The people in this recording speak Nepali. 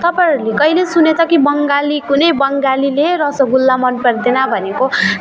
तपाईँहरूले कहिले सुनेको छ कि बङ्गाली कुनै बङ्गालीले रसोगुल्ला मन पर्दैन भनेको